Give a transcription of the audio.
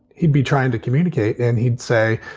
he'd be trying to communicate and he'd say,